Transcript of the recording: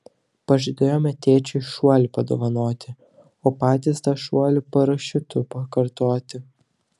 pažadėjome tėčiui šuolį padovanoti o patys tą šuolį parašiutu pakartoti